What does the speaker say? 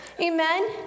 Amen